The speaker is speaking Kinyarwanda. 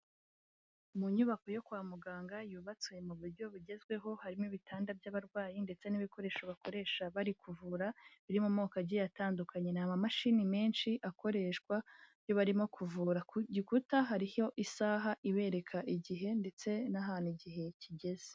Mu nyubako yo kwa muganga yubatswe mu buryo bugezweho, harimo ibitanda by'abarwayi ndetse n'ibikoresho bakoresha bari kuvura, biri mu moko agiye atandukanye ni amamashini menshi akoreshwa iyo barimo kuvura, ku gikuta hariyo isaha ibereka igihe ndetse n'ahantu igihe kigeze.